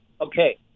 Okay